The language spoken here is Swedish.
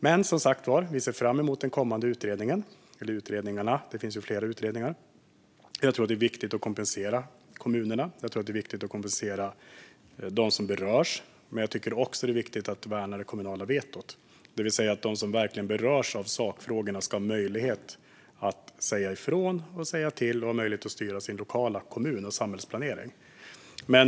Men som sagt: Vi ser fram emot de kommande utredningarna. Jag tror att det är viktigt att kompensera kommunerna. Jag tror att det är viktigt att kompensera dem som berörs. Men jag tycker också att det är viktigt att värna det kommunala vetot, det vill säga att de som verkligen berörs av sakfrågorna ska ha möjlighet att säga ifrån, säga till och styra sin lokala kommun och samhällsplanering.